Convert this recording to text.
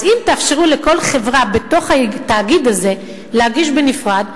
אז אם תאפשרו לכל חברה בתאגיד הזה להגיש בנפרד,